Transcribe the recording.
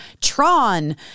Tron